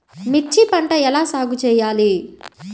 మిర్చి పంట ఎలా సాగు చేయాలి?